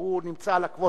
שהוא נמצא על הקווטה,